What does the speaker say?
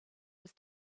was